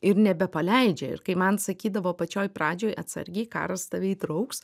ir nebepaleidžia ir kai man sakydavo pačioj pradžioj atsargiai karas tave įtrauks